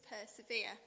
persevere